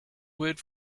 word